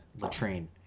latrine